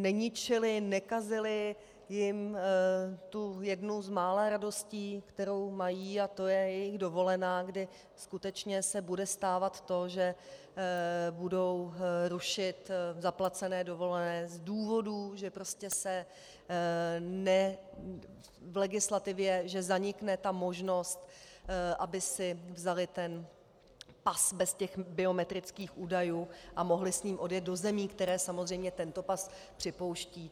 neničili, nekazili jim tu jednu z mála radostí, kterou mají, a to je jejich dovolená, kdy skutečně se bude stávat to, že budou rušit zaplacené dovolené z důvodu, že v legislativě zanikne možnost, aby si vzali pas bez biometrických údajů a mohli s ním odjet do zemí, které samozřejmě tento pas připouštějí.